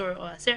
עצור או אסיר,